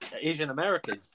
Asian-American